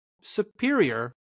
superior